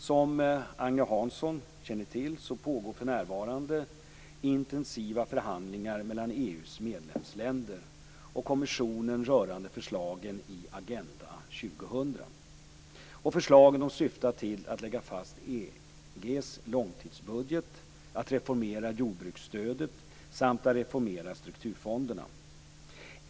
Som Agne Hansson känner till pågår för närvarande intensiva förhandlingar mellan EU:s medlemsländer och kommissionen rörande förslagen i Agenda 2000. Förslagen syftar till att lägga fast EG:s långtidsbudget, att reformera jordbruksstödet samt att reformera strukturfonderna.